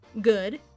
good